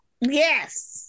Yes